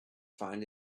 find